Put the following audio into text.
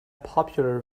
popular